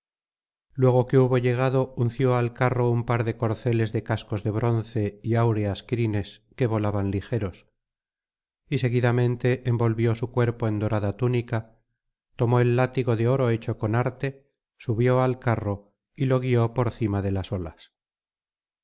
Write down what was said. luego que hubo llegado unció al carro un par de corceles de cascos de bronce y áureas crines que volaban ligeros y seguidamente envolvió su cuerpo en dorada túnica tomó el látigo de oro hecho con arte subió al carro y lo guió por cima de las olas